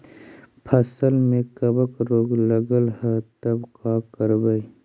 फसल में कबक रोग लगल है तब का करबै